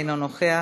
אינו נוכח.